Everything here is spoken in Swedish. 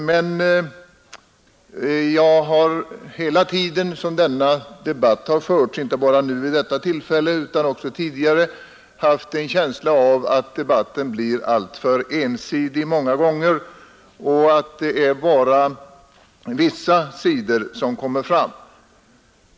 Men jag har hela tiden som denna debatt har förts — inte bara nu vid detta tillfälle utan också tidigare — haft en känsla av att debatten många gånger blir alltför ensidig och att det bara är vissa sidor som kommer fram.